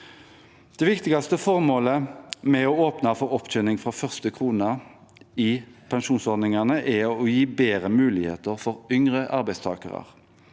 Det viktigste formålet med å åpne for opptjening fra første krone i pensjonsordningene er å gi bedre muligheter for yngre arbeidstakere,